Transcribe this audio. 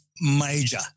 major